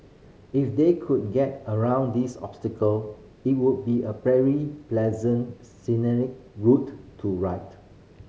if they could get around these obstacle it would be a very pleasant scenic route to ride